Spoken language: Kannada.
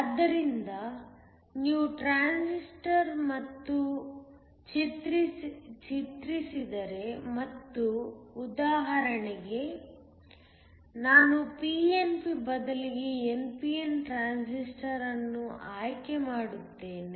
ಆದ್ದರಿಂದ ನೀವು ಇದನ್ನು ಮತ್ತೆ ಚಿತ್ರಿಸಿದರೆ ಮತ್ತು ಉದಾಹರಣೆಗೆ ನಾನು pnp ಬದಲಿಗೆ npn ಟ್ರಾನ್ಸಿಸ್ಟರ್ ಅನ್ನು ಆಯ್ಕೆ ಮಾಡುತ್ತೇನೆ